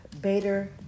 bader